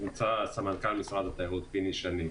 נמצא סמנכ"ל משרד התיירות, פיני שני.